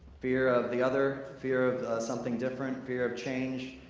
fear of the other, fear of something different, fear of change.